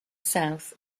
south